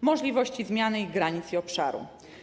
możliwości zmiany ich granic i obszaru.